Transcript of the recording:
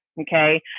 Okay